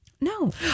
No